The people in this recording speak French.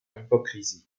l’hypocrisie